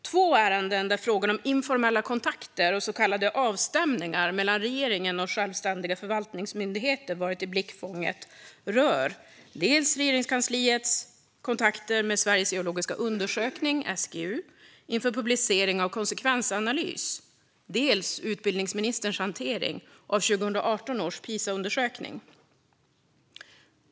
Två ärenden där frågan om informella kontakter och avstämningar mellan regeringen och självständiga förvaltningsmyndigheter har varit i blickfånget rör dels Regeringskansliets kontakter med Sveriges geologiska undersökning, SGU, inför publicering av konsekvensanalys, dels utbildningsministerns hantering av 2018 års Pisaundersökning.